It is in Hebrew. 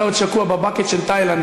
אתה עוד שקוע בבאקט של תאילנד,